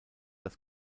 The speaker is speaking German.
das